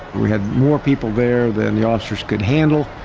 we had more people there than the officers could handle.